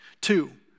Two